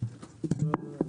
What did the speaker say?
אז אני